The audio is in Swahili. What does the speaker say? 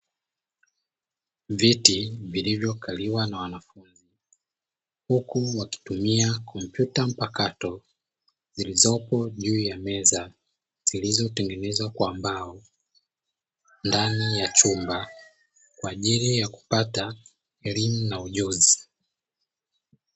Viti vilivyokaliwa na wanafunzi huku wakitumia kompyuta mpakato zilizopo juu ya meza zilizotengenezwa kwa mbao ndani ya chumba kwa ajili ya kupata elimu na ujuzi.